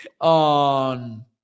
on